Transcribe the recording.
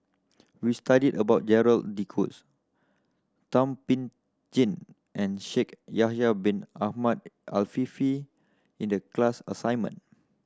we studied about Gerald De Cruz Thum Ping Tjin and Shaikh Yahya Bin Ahmed Afifi in the class assignment